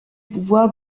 pouvoir